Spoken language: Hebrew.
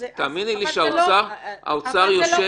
תאמיני לי שהאוצר יושב